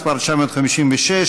מס' 956,